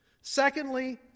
Secondly